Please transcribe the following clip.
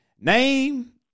Name